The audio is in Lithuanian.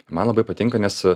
man labai patinka nes